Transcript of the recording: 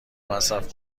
مصرف